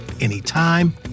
anytime